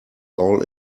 all